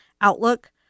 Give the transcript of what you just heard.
outlook